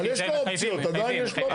אבל יש לו אופציות, עדיין יש לו אופציות.